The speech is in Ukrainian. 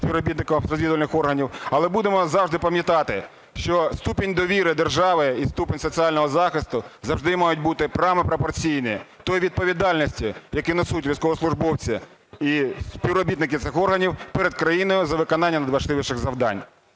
співробітникам розвідувальних органів. Але будемо завжди пам'ятати, що ступінь довіри держави і ступінь соціального захисту завжди мають бути прямо пропорційні тій відповідальності, яку несуть військовослужбовці і співробітники цих органів перед країною за виконання надважливих завдань.